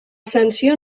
sanció